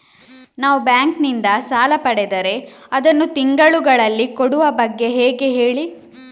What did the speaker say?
ನಾವು ಬ್ಯಾಂಕ್ ನಿಂದ ಸಾಲ ಪಡೆದರೆ ಅದನ್ನು ತಿಂಗಳುಗಳಲ್ಲಿ ಕೊಡುವ ಬಗ್ಗೆ ಹೇಗೆ ಹೇಳಿ